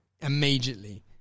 immediately